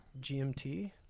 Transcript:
GMT